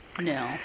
No